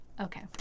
Okay